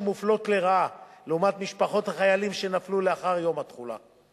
מופלות לרעה לעומת משפחות החיילים שנפלו לאחר יום התחילה.